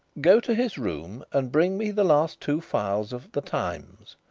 go to his room and bring me the last two files of the times.